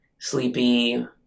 sleepy